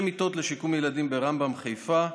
20 מיטות לשיקום הילדים ברמב"ם בחיפה,